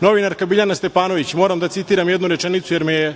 Novinarka Biljana Stepanović je, moram da citiram jednu rečenicu, jer me je